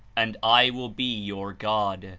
and i will be your god,